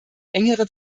engere